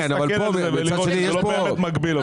צריך לראות שזה לא באמת מגביל אותם.